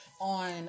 on